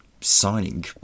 signing